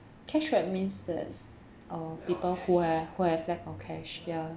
cash dry means that uh people who ha~ who have lack of cash ya